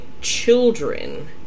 children